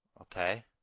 Okay